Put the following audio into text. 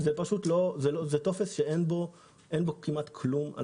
שזה טופס שאין בו כמעט כלום.